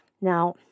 Now